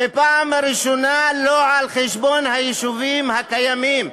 בפעם הראשונה לא על חשבון היישובים הקיימים,